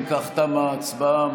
אם כך, תמה ההצבעה.